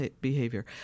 behavior